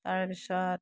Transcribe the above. তাৰপিছত